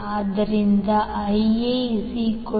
ಆದ್ದರಿಂದ IaVanZY110∠0°16